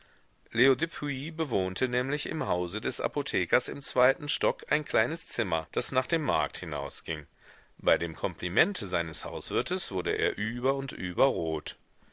leo düpuis bewohnte nämlich im hause des apothekers im zweiten stock ein kleines zimmer das nach dem markt hinausging bei dem komplimente seines hauswirtes wurde er über und über rot